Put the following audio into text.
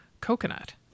coconut